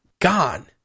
Gone